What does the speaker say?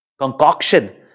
concoction